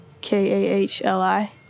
K-A-H-L-I